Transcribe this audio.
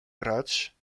grać